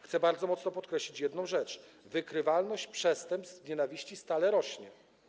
Chcę bardzo mocno podkreślić jedną rzecz: wykrywalność przestępstw z nienawiści stale rośnie.